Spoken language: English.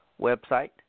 website